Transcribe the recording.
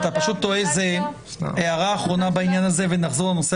אתה פשוט טועה זו הערה אחרונה בעניין הזה ונחזור לנושא